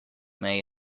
may